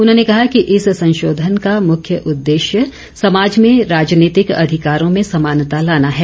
उन्होंने कहा कि इस संशोधन का मुख्य उदेश्य समाज में राजनीतिक अधिकारों में समानता लाना है